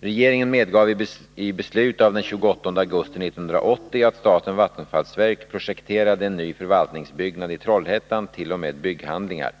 Regeringen medgav i beslut av den 28 augusti 1980 att statens vattenfallsverk projekterade en ny förvaltningsbyggnad i Trollhättan t.o.m. bygghandlingar.